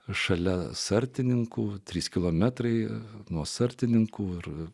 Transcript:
šalia sartininkų trys kilometrai nuo sartininkų ir